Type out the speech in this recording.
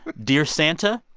dear santa,